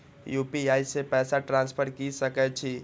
UPI से पैसा transfer की सके छी?